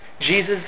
Jesus